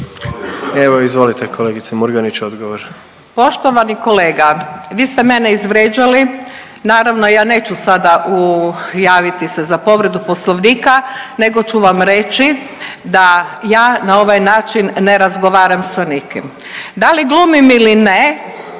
Evo, izvolite odgovor. **Murganić, Nada (HDZ)** Poštovani kolega, vi ste mene izvrijeđali. Naravno, ja neću sada u javiti se za povredu Poslovnika nego ću vam reći da ja na ovaj način ne razgovaram sa nikim. Da li glumim ili ne,